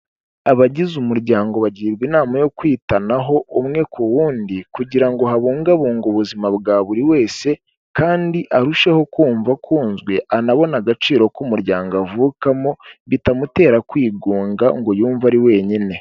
Abagize umuryango bagirwa inama yo kwitanaho umwe ku wundi kugira ngo habungabungwa ubuzima bwa buri wese, kandi arusheho kumva akunzwe anabone agaciro k'umuryango avukamo bitamutera kwigunga ngo yumve ari wenyine.